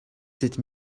sept